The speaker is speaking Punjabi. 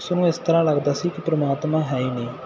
ਉਸ ਨੂੰ ਇਸ ਤਰ੍ਹਾਂ ਲੱਗਦਾ ਸੀ ਕਿ ਪਰਮਾਤਮਾ ਹੈ ਹੀ ਨਹੀਂ